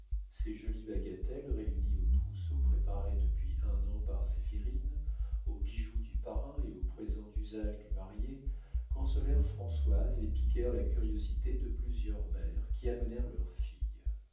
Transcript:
ces jolies bagatelles réunies au trousseau préparé depuis un an par zéphirine aux bijoux du parrain et aux présents d'usage du marié consolèrent françoise et piquèrent la curiosité de plusieurs mères qui amenèrent leurs filles